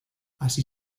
así